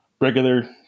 regular